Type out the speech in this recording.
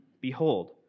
behold